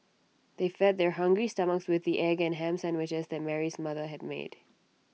they fed their hungry stomachs with the egg and Ham Sandwiches that Mary's mother had made